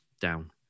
down